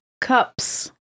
Cups